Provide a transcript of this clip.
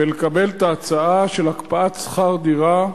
ולקבל את ההצעה של הקפאת שכר דירה.